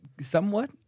somewhat